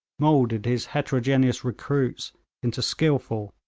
moulded his heterogeneous recruits into skilful,